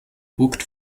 booked